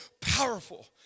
powerful